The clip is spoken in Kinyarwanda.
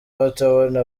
batabona